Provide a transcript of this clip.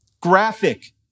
graphic